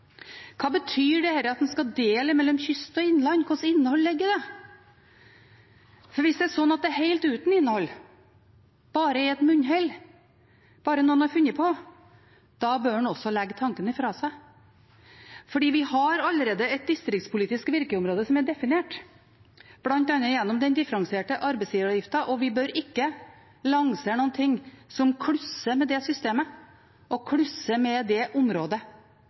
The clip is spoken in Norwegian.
Hva betyr det at en skal dele mellom kyst og innland? Hvilket innhold ligger i det? Hvis det er slik at det er helt uten innhold, bare et munnhell og bare noe noen har funnet på, da bør en også legge tanken ifra seg, for vi har allerede et distriktspolitisk virkeområde som er definert, bl.a. gjennom den differensierte arbeidsgiveravgiften, og vi bør ikke lansere noe som klusser med det systemet og klusser med det området.